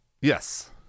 Yes